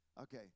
okay